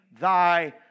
thy